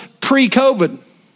pre-COVID